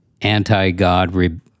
anti-God